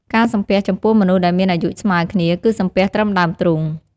ការសំពះ ចំពោះមនុស្សដែលមានអាយុស្មើគ្នា គឹសំពះត្រឹមដើមទ្រូង។